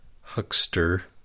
huckster